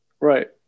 right